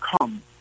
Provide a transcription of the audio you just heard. come